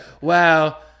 Wow